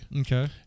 Okay